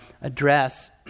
address